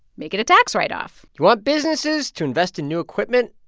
make it a tax write-off you want businesses to invest in new equipment?